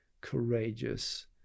courageous